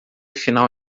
final